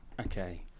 okay